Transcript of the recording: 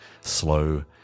slow